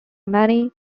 many